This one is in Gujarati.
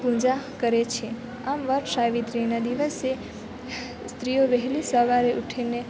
પૂજા કરે છે આમ વડસાવિત્રીના દિવસે સ્ત્રીઓ વહેલી સવારે ઉઠીને